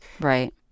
Right